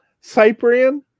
cyprian